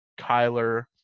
Kyler